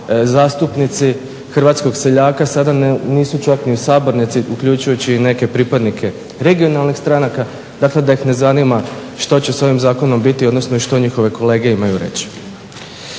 hrvatskog seljaka sada nisu čak ni u sabornici uključujući i neke pripadnike regionalnih stranaka, dakle da ih ne zanima što će s ovim zakonom biti odnosno što njihove kolege imaju reći.